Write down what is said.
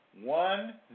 one